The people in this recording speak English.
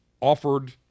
offered